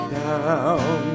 down